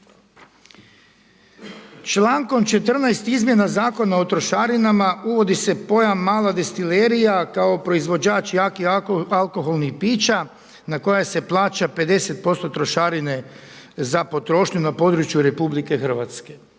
Člankom 14. izmjena Zakona o trošarinama uvodi se pojam mala destilerija kao proizvođač jakih alkoholnih pića na koja se plaća 50% trošarine za potrošnju na području RH,